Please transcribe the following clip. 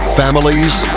families